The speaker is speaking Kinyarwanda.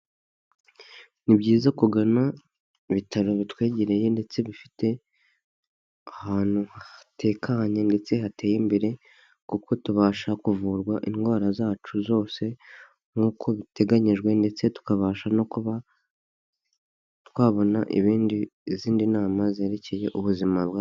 Ni byiza kugana ibitaro bitwegereye ndetse bifite ahantu hatekanye ndetse hateye imbere; kuko tubasha kuvurwa indwara zacu zose nkuko biteganyijwe ndetse tukabasha no kuba twabona izindi nama zerekeye ubuzima bwacu.